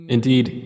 indeed